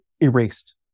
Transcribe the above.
erased